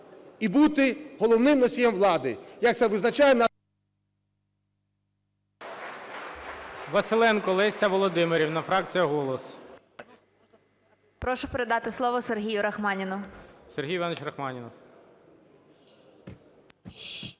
і бути головним носієм влади, як це визначає...